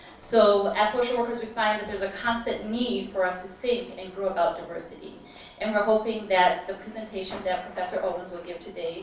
so as social workers we find that there's a constant need for us to think and grow about diversity and we're hoping that the presentation that professor owens will give today